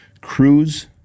cruise